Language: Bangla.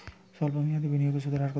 সল্প মেয়াদি বিনিয়োগে সুদের হার কত?